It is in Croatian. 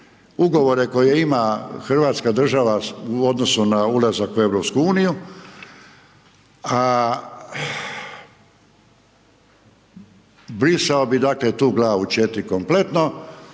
ugovore koje ima Hrvatska država u odnosu na ulazak u EU. A brisao bih dakle tu glavu 4 kompletno